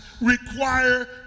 require